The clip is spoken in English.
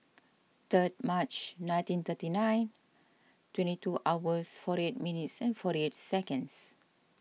third March nineteen thirty nine twenty two hours forty eight minutes forty eight seconds